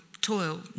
toil